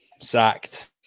sacked